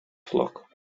flock